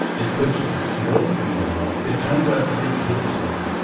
it looks like snow from above. it turns out to be gypsum,